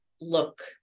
look